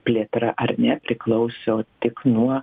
plėtra ar ne priklauso tik nuo